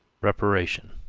reparation,